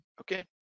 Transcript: okay